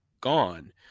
gone